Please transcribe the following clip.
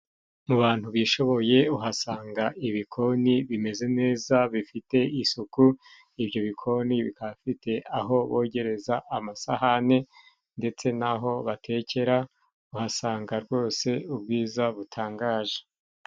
Mu bantu bishoboye uhasanga ibikoni bimeze neza, bifite isuku, ibyo bikoni bikaba bifite aho bogereza amasahani, ndetse n'aho batekera. Uhasanga rwose ubwiza butangaje.